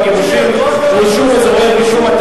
והגירושין (רישום) (אזורי רישום),